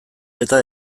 eta